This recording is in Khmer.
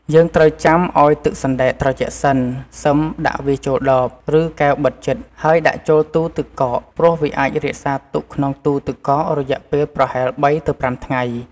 យើងត្រូវចាំឱ្យទឹកសណ្តែកត្រជាក់សិន សិមចាក់វាចូលដប ឬកែវបិទជិត ហើយដាក់ចូលទូរទឹកកក ព្រោះវាអាចរក្សាទុកក្នុងទូទឹកកករយៈពេលប្រហែល ៣ ទៅ ៥ ថ្ងៃ។